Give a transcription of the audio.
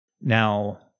Now